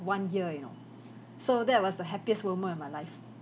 one year you know so that was the happiest moment of my life